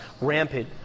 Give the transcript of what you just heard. rampant